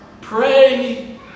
Pray